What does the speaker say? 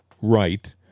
right